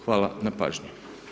Hvala na pažnji.